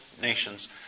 nations